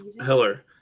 Heller